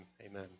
Amen